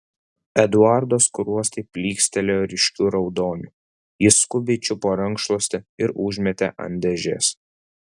eduardo skruostai plykstelėjo ryškiu raudoniu jis skubiai čiupo rankšluostį ir užmetė ant dėžės